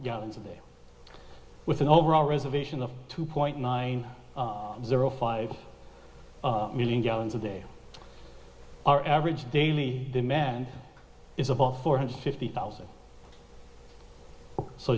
gallons a day with an overall reservation of two point nine zero five million gallons a day our average daily demand is about four hundred fifty thousand so